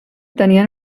tenien